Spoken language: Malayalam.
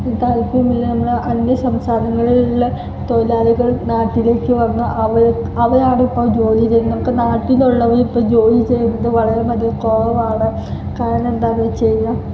തൽപര്യമില്ല നമ്മളെ അന്യ സംസ്ഥാനങ്ങളിലുള്ള തൊഴിലാളികള് നാട്ടിലേക്ക് വന്ന് അവര് അവരാണിപ്പം ജോലി ചെയ്യുന്നത് നമ്മുടെ നാട്ടിലുള്ളവരിപ്പം ജോലി ചെയ്തിട്ട് വളരെ മടിയാണ് കുറവാണ് കാരണം എന്താണെന്ന് വെച്ച് കഴിഞ്ഞാൽ